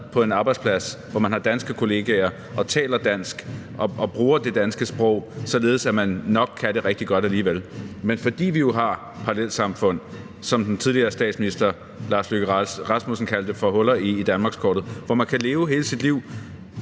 på en arbejdsplads, hvor man har danske kollegaer og taler dansk og bruger det danske sprog, så kan man det nok rigtig godt alligevel. Men fordi vi jo har parallelsamfund – som den tidligere statsminister Lars Løkke Rasmussen kaldte for huller i danmarkskortet – hvor man kan leve hele sit liv